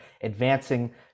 advancing